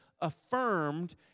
affirmed